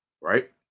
right